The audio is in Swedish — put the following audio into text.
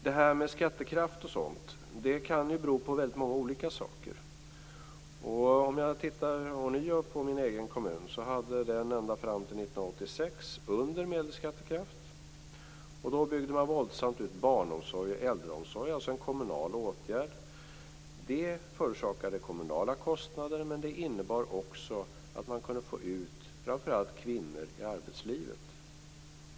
Detta med skattekraft kan bero på väldigt många olika saker. För att ånyo tala om min hemkommun, hade den ända fram till 1986 en skattekraft som låg under genomsnittet. Då byggde man våldsamt ut barnomsorg och äldreomsorg - alltså en kommunal åtgärd. Detta förorsakade kommunala kostnader, men det innebar också att man kunde få ut framför allt kvinnor i arbetslivet.